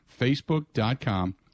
Facebook.com